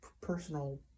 personal